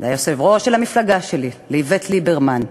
ליושב-ראש של המפלגה שלי, לאיווט ליברמן,